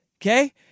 okay